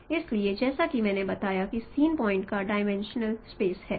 इसलिए जैसा कि मैंने बताया कि सीन पॉइंट एक डायमेंशनल स्पेस है